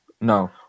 No